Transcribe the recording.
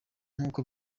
nk’uko